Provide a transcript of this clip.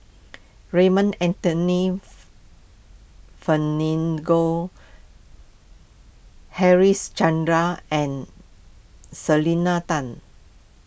Raymond Anthony fen ling go Harichandra and Selena Tan